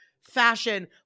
fashion